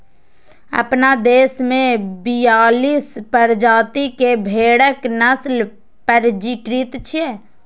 अपना देश मे बियालीस प्रजाति के भेड़क नस्ल पंजीकृत छै